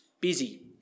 busy